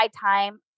time